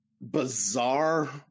bizarre